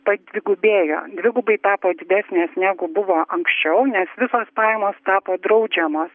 padvigubėjo dvigubai tapo didesnės negu buvo anksčiau nes visos pajamos tapo draudžiamos